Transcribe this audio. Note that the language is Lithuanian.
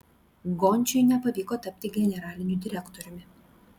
gončiui nepavyko tapti generaliniu direktoriumi